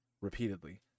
repeatedly